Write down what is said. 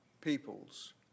peoples